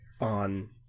on